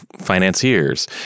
financiers